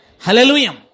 Hallelujah